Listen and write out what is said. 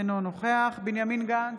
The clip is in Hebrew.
אינו נוכח בנימין גנץ,